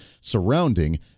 surrounding